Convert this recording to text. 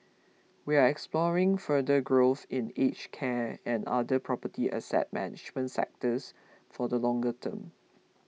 we are exploring further growth in aged care and other property asset management sectors for the longer term